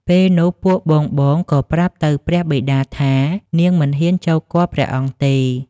ពេលនោះពួកបងៗក៏ប្រាប់ទៅព្រះបិតាថា នាងមិនហ៊ានចូលគាល់ព្រះអង្គទេ។